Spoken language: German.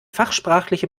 fachsprachliche